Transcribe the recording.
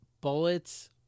Bullets